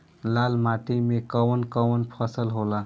लाल माटी मे कवन कवन फसल होला?